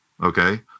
Okay